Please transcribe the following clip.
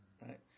Right